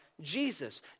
Jesus